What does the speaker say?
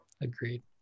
agreed